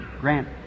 grant